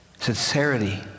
sincerity